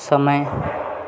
समय